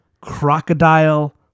crocodile